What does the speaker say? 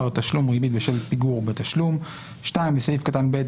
תשלום ריבית בשל פיגור בתשלום."; (2)בסעיף קטן (ב),